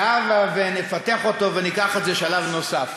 הבה נפתח אותו וניקח את זה שלב נוסף.